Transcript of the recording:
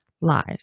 lies